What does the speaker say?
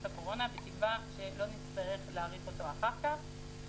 הקורונה בתקווה שלא נצטרך להאריך אותו אחר כך,